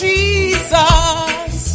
Jesus